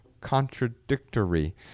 contradictory